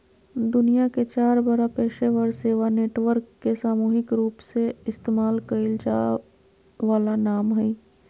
दुनिया के चार बड़ा पेशेवर सेवा नेटवर्क के सामूहिक रूपसे इस्तेमाल कइल जा वाला नाम हइ